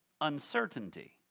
uncertainty